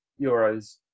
euros